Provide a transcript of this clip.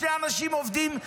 שני אנשים עובדים,